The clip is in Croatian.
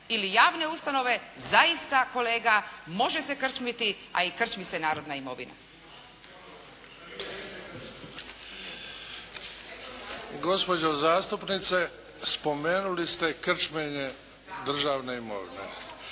ili javne ustanove zaista kolega može se krčmiti, a i krčmi se narodna imovina. **Bebić, Luka (HDZ)** Gospođo zastupnice spomenuli ste krčmenje državne imovine